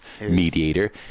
mediator